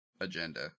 agenda